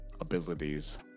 abilities